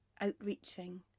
outreaching